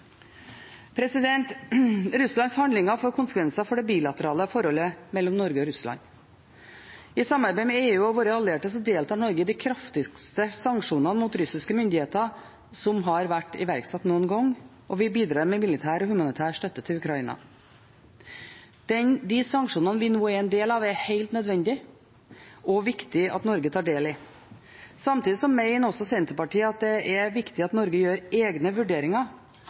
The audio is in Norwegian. Russlands handlinger får konsekvenser for det bilaterale forholdet mellom Norge og Russland. I samarbeid med EU og våre allierte deltar Norge i de kraftigste sanksjonene mot russiske myndigheter som har vært iverksatt noen gang, og vi bidrar med militær og humanitær støtte til Ukraina. De sanksjonene vi nå er en del av, er helt nødvendige, og det er viktig at Norge tar del i dem.. Samtidig mener Senterpartiet at det er viktig at Norge gjør egne vurderinger